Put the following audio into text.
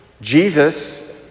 Jesus